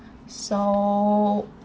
so